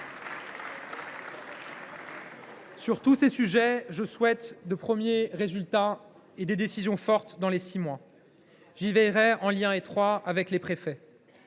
Sur tous ces sujets, je souhaite de premiers résultats et des décisions fortes dans les six mois qui viennent. J’y veillerai, en lien étroit avec les préfets.